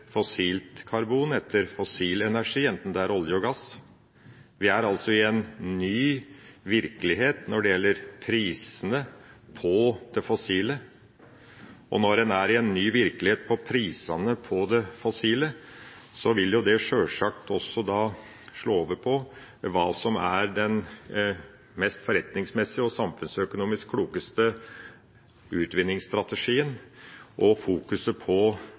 fossilt karbon, etter fossil energi, enten det er olje eller gass. Vi er altså i en ny virkelighet når det gjelder prisene på det fossile. Når en er i en ny virkelighet når det gjelder prisene på det fossile, vil det sjølsagt også slå over på hva som er den mest forretningsmessige og samfunnsøkonomisk klokeste utvinningsstrategien: å fokusere på